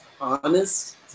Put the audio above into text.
honest